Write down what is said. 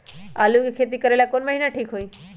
आलू के खेती करेला कौन महीना ठीक होई?